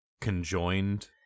conjoined